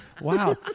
Wow